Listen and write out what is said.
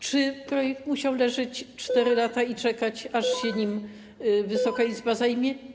Czy projekt musiał leżeć 4 lata i czekać, aż się nim Wysoka Izba zajmie?